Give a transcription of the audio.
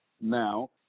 Now